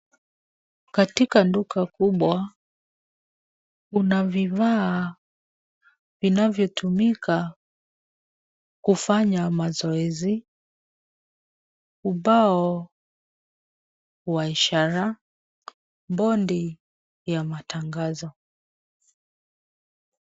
Katika duka kubwa, kuna vifaa vinavyotumika kufanya mazoezi, ubao wa ishara, board ya matangazo.